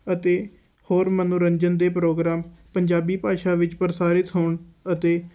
ਅਤੇ ਹੋਰ ਮਨੋਰੰਜਨ ਦੇ ਪ੍ਰੋਗਰਾਮ ਪੰਜਾਬੀ ਭਾਸ਼ਾ ਵਿੱਚ ਪ੍ਰਸਾਰਿਤ ਹੋਣ ਅਤੇ